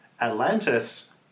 Atlantis